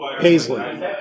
Paisley